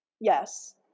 yes